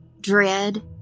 dread